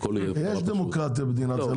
יש דמוקרטיה במדינת ישראל.